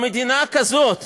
במדינה כזאת